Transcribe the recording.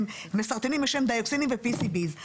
הם מסרטנים בשם דיאוקסינים ופיסידיס,